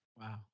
Wow